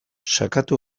sakatu